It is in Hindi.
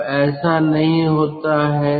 अब ऐसा नहीं होता है